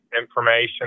information